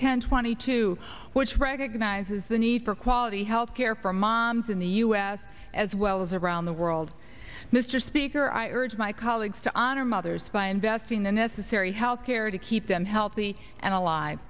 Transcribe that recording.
ten twenty two which recognizes the need for quality health care for moms in the u s as well as around the world mr speaker i urge my colleagues to honor mothers by investing the necessary health care to keep them healthy and alive